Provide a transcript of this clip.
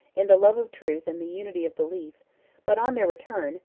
in the love of truth and the unity of belief but on their return,